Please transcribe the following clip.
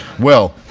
well,